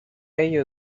ello